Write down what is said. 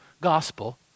gospel